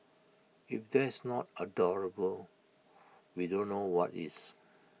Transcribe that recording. if that's not adorable we don't know what is